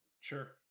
sure